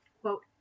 Quote